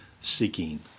seeking